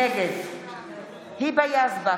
נגד היבה יזבק,